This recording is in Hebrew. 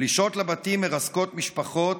פלישות לבתים מרסקות משפחות,